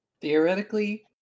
Theoretically